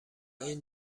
این